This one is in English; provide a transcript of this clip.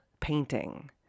painting